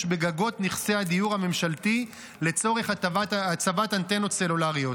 בגגות נכסי הדיור הממשלתי לצורך הצבת אנטנות סלולריות.